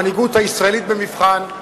המנהיגות הישראלית במבחן,